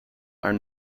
are